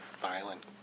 violent